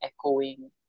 echoing